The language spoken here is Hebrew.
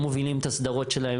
הם מובילים את הסדרות שלהם,